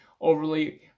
overly